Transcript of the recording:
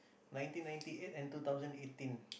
ninety ninety eight and two thousand eighteen